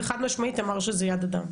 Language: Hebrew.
וחד משמעית אמר שזה יד אדם.